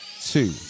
two